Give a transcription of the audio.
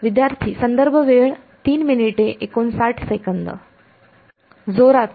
विद्यार्थीः जोरात